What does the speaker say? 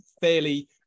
fairly